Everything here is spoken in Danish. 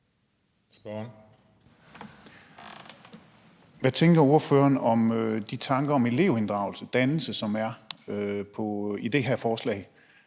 Hvad tænker ordføreren om de tanker om elevinddragelse og dannelse, som der er i det her forslag?